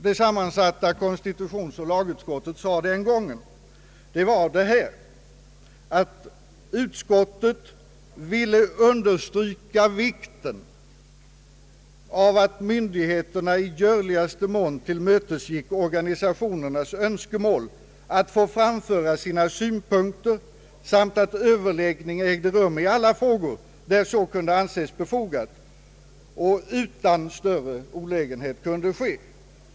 Det sammansatta konstitutionsoch lagutskottet sade den gången att utskottet ville understryka vikten av att myndigheterna i görligaste mån tillmötesgick organisationernas önskemål att få framföra sina synpunkter samt att överläggning ägde rum i alla frågor där så kunde anses befogat och utan större olägenhet kunde ske.